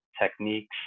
techniques